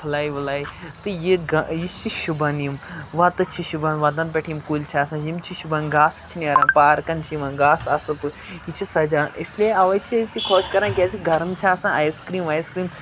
پھٕلَے وٕلَے تہٕ یہِ گہ یہِ چھِ شوٗبان یِم وَتہٕ چھِ شوٗبان وَتَن پٮ۪ٹھ یِم کُلۍ چھِ آسان یِم چھِ شوٗبان گاسہٕ چھِ نیران پارکَن چھِ یِوان گاسہٕ اَصٕل پٲٹھۍ یہِ چھِ سَجان اِسلیے اَوَے چھِ اَسہِ یہِ خۄش کَران کیٛازِ کہِ گرم چھِ آسان آیِس کِرٛیٖم وایِس کرٛیٖم